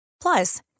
Plus